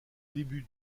début